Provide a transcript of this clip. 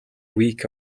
week